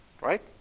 right